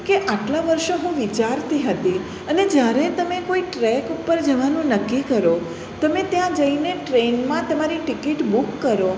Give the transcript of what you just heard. કે આટલા વર્ષો હું વિચારતી હતી અને જ્યારે તમે કોઈ ટ્રેક ઉપર જવાનું નક્કી કરો તમે ત્યાં જઈને ટ્રેનમાં તમારી ટિકિટ બુક કરો